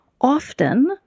often